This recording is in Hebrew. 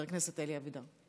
חבר הכנסת אלי אבידר.